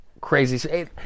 crazy